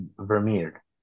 Vermeer